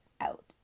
out